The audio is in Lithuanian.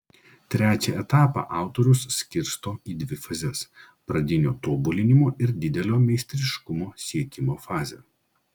trečią etapą autorius skirto į dvi fazes pradinio tobulinimo ir didelio meistriškumo siekimo fazę